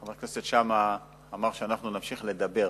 חבר הכנסת שאמה אמר שאנחנו נמשיך לדבר.